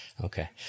Okay